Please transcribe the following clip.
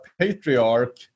patriarch